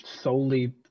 solely